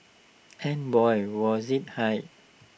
and boy was IT high